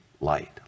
light